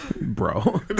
Bro